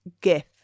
gift